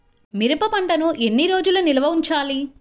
మిరప పంటను ఎన్ని రోజులు నిల్వ ఉంచాలి?